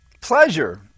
pleasure